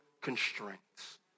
constraints